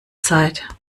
zeit